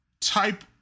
type